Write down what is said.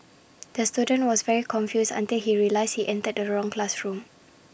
the student was very confused until he realised he entered the wrong classroom